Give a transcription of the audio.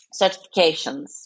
certifications